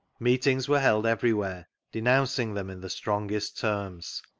meetings were held everywhere, denouncing them in the strongest terms.